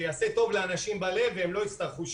זה יעשה טוב לאנשים בלב והם לא יצטרכו שיקום.